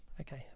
Okay